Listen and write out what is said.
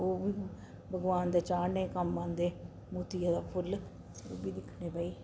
ओह् भी भगोआन दे चाढ़ने गी कम्म औंदे मोतिये दे फुल्ल ओह् बी दिक्खने भाई